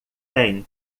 têm